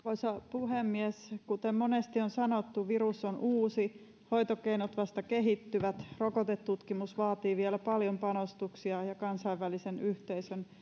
puhemies kuten monesti on sanottu virus on uusi hoitokeinot vasta kehittyvät rokotetutkimus vaatii vielä paljon panostuksia ja kansainvälisen yhteisön